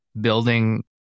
building